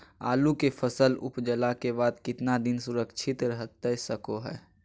आलू के फसल उपजला के बाद कितना दिन सुरक्षित रहतई सको हय?